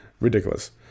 Ridiculous